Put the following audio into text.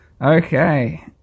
Okay